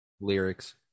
lyrics